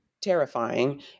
terrifying